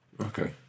okay